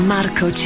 Marco